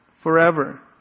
forever